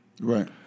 right